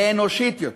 לאנושית יותר.